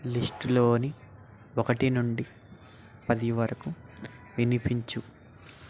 లిస్టులోని ఒకటి నుండి పది వరకు వినిపించు